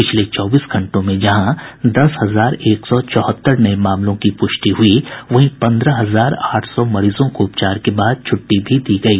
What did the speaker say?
पिछले चौबीस घंटों में जहां दस हजार एक सौ चौहत्तर नये मामलों की पुष्टि हुई वहीं पन्द्रह हजार आठ सौ मरीजों को उपचार के बाद छुट्टी भी दी गयी